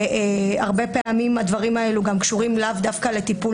הרבה פעמים הדברים האלה קשורים לאו דווקא לטיפול